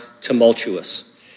tumultuous